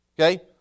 Okay